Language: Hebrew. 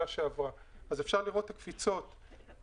שעברה אז אפשר לראות את הקפיצות מ-2015,